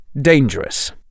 Dangerous